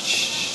דקה.